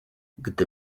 gdy